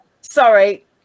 sorry